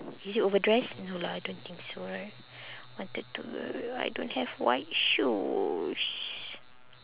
is it overdressed no lah I don't think so right wanted to I don't have white shoes